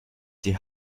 die